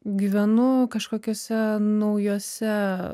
gyvenu kažkokiuose naujuose